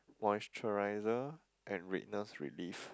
moisturizer and redness relief